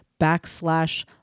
backslash